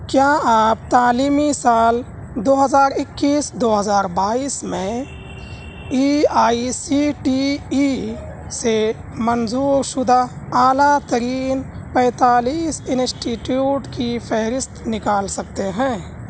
کیا آپ تعلیمی سال دو ہزار اکیس دو ہزار بائیس میں A I C T E سے منظور شدہ اعلیٰ ترین پینتالیس انسٹی ٹیوٹ کی فہرست نکال سکتے ہیں